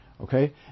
okay